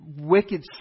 wicked